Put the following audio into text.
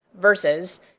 Versus